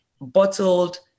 Bottled